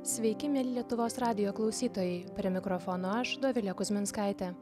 sveiki mieli lietuvos radijo klausytojai prie mikrofono aš dovilė kuzminskaitė